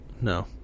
No